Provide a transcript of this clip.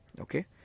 Okay